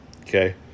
okay